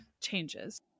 changes